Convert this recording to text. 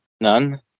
None